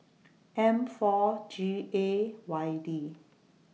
M four G A Y D